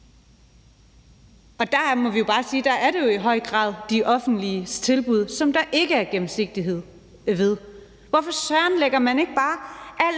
og der må vi jo bare sige, at der er det jo i høj grad det offentliges tilbud, som der ikke er gennemsigtighed om. Hvorfor søren lægger man ikke bare al